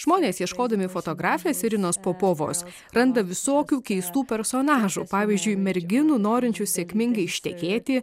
žmonės ieškodami fotografės irinos popovos randa visokių keistų personažų pavyzdžiui merginų norinčių sėkmingai ištekėti